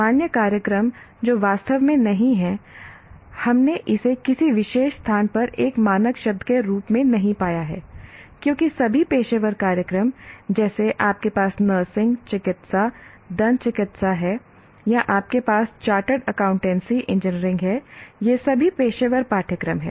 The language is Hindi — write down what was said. सामान्य कार्यक्रम जो वास्तव में नहीं है हमने इसे किसी विशेष स्थान पर एक मानक शब्द के रूप में नहीं पाया है क्योंकि सभी पेशेवर कार्यक्रम जैसे आपके पास नर्सिंग चिकित्सा दंत चिकित्सक है या आपके पास चार्टर्ड अकाउंटेंसी इंजीनियरिंग है ये सभी पेशेवर पाठ्यक्रम हैं